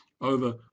over